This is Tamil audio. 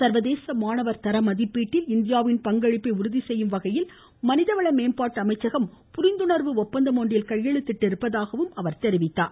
சர்வதேச மாணவர் தர மதிப்பீட்டில் இந்தியாவின் பங்களிப்பை உறுதி செய்யும் வகையில் மனித வள மேம்பாட்டு அமைச்சகம் புரிந்துணா்வு ஒப்பந்தம் ஒன்றில் கையெழுத்திட்டிருப்பதாக அவர் குறிப்பிட்டார்